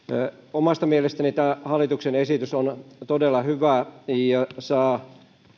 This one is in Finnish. omasta mielestäni tämä hallituksen esitys on todella hyvä ja saa